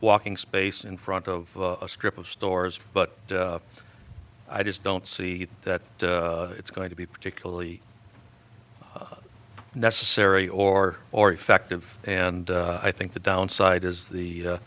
walking space in front of a strip of stores but i just don't see that it's going to be particularly necessary or or effective and i think the downside is the